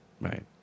Right